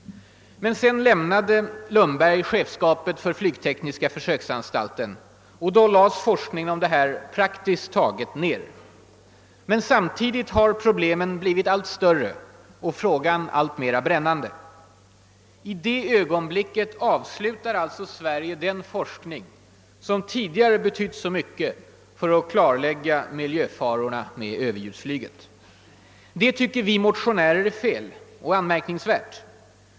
Sedan lämnade dock Lundberg chefskapet för flyktekniska försöksanstalten. Då lades forskningen om dessa frågor praktiskt taget ner. Men samtidigt har problemen blivit allt större och frågan alltmer brännande. I det ögonblicket avslutar alltså Sverige den forskning, som tidi gare betytt så mycket för att klarlägga miljöfarorna med överljudsflyget. Det tycker vi motionärer är felaktigt och anmärkningsvärt.